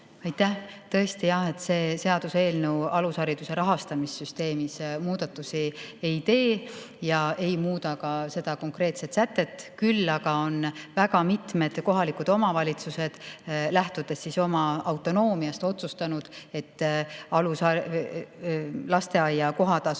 Aitäh! Tõesti, see seaduseelnõu alushariduse rahastamissüsteemis muudatusi ei tee ja ei muuda ka seda konkreetset sätet. Küll aga on väga mitmed kohalikud omavalitsused lähtudes oma autonoomiast otsustanud, et lasteaia kohatasu